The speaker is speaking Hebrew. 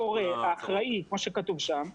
האחראי, כפי שמוגדר שם,